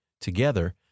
together